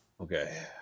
Okay